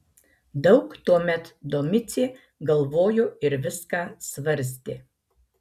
daug tuomet domicė galvojo ir viską svarstė